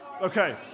okay